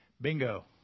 Bingo